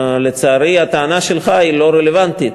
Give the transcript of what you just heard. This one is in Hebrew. לצערי, הטענה שלך היא לא רלוונטית.